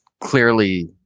clearly